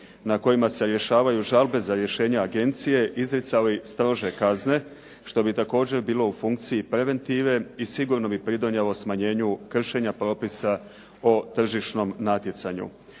na kojima se rješavaju žalbe za rješenja agencije izricali strože kazne, što bi također bilo u funkciji preventive i sigurno bi pridonijelo smanjenju kršenja propisa o tržišnom natjecanju.